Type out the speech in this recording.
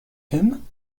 him